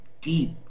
deep